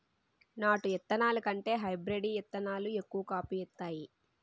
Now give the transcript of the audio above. నాటు ఇత్తనాల కంటే హైబ్రీడ్ ఇత్తనాలు ఎక్కువ కాపు ఇత్తాయి